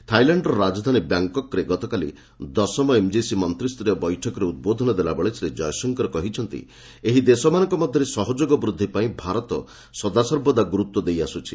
ଥାଇଲାଣ୍ଡର ରାଜଧାନୀ ବ୍ୟାଙ୍କକ୍ରେ ଗତକାଲି ଦଶମ୍ ଏମ୍ଜିସି ମନ୍ତ୍ରୀସରୀୟ ବୈଠକରେ ଉଦ୍ବୋଧନ ଦେଲାବେଳେ ଶ୍ରୀ ଜୟଶଙ୍କର କହିଛନ୍ତି ଏହି ଦେଶମାନଙ୍କ ମଧ୍ୟରେ ସହଯୋଗ ବୃଦ୍ଧି ପାଇଁ ଭାରତ ସଦାସର୍ବଦା ଗୁରୁତ୍ୱ ଦେଇ ଆସୁଛି